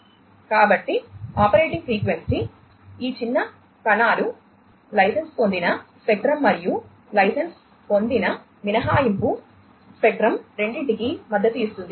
కాబట్టి operating frequency మరియు licence పొందిన మినహాయింపు స్పెక్ట్రం రెండింటికి మద్దతు ఇస్తుంది